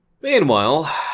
Meanwhile